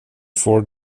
four